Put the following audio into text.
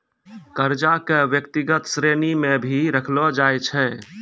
कर्जा क व्यक्तिगत श्रेणी म भी रखलो जाय छै